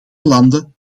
landen